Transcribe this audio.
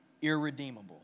Irredeemable